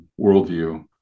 worldview